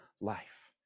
life